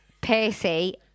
Percy